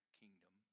kingdom